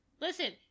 Listen